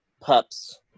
pups